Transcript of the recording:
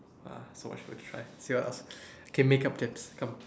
!wah! so much food to try see what else okay makeup tips come